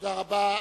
תודה רבה.